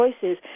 choices